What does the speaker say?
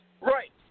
Right